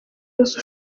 yose